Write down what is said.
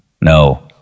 No